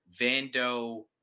Vando